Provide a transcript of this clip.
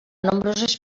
nombroses